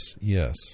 yes